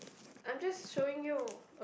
I'm just showing you